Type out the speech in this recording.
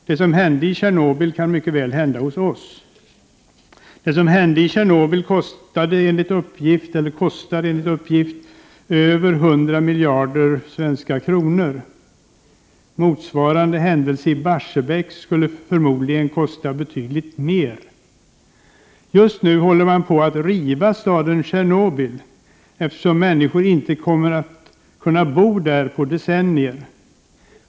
Det som hände i Tjernobyl kan mycket väl hända hos oss. Det som hände i Tjernobyl kostade enligt uppgift över 100 miljarder svenska kronor. Motsvarande händelse i Barsebäck skulle förmodligen kosta betydligt mer. Just nu håller man på att riva staden Tjernobyl, eftersom människor inte kommer att kunna bo där på decennier.